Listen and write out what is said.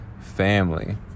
family